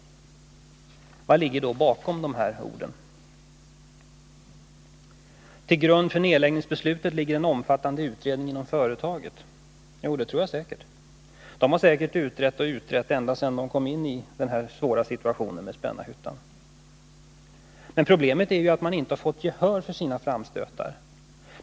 Vad ligger då bakom de här orden? Till grund för nedläggningsbeslutet ligger en omfattande utredning inom företaget — det tror jag säkert. Man har säkert utrett och utrett ända sedan den här svåra situationen vid Spännarhyttan uppstod. Men problemet är ju att man inte har fått gehör för sina framstötar.